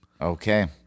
Okay